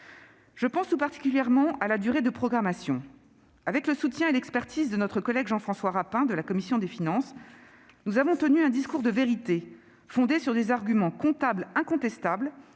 Je pense tout particulièrement à la durée de programmation. Avec le soutien et l'expertise de notre collègue Jean-François Rapin de la commission des finances, nous avons tenu un discours de vérité, fondé sur des arguments comptables incontestables,